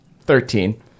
Thirteen